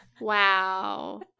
wow